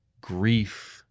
grief